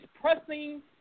pressing